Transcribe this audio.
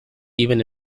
even